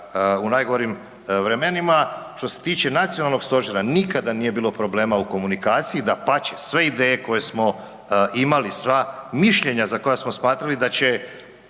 u najgorim vremenima, što se tiče nacionalnog stožera, nikada nije bilo problema u komunikaciji, dapače, sve ideje koje smo imali, sva mišljenja za koja smo smatrali da će